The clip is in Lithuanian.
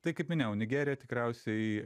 tai kaip minėjau nigerija tikriausiai